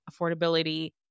affordability